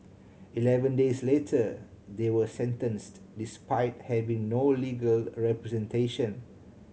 eleven days later they were sentenced despite having no legal representation